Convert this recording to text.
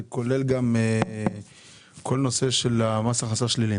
זה כולל את כל הנושא של מס הכנסה שלילי,